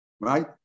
right